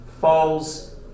falls